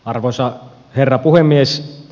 arvoisa herra puhemies